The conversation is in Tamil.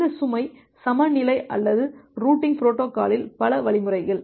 இந்த சுமை சமநிலை அல்லது ரூட்டிங் பொரோட்டோகாலில் பல வழிமுறைகள்